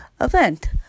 event